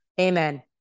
Amen